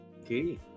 Okay